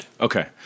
Okay